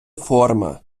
форма